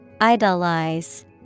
Idolize